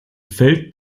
feld